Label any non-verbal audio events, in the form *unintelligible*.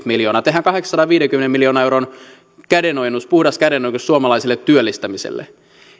*unintelligible* miljoonaa tehdään kahdeksansadanviidenkymmenen miljoonan euron puhdas kädenojennus suomalaiselle työllistämiselle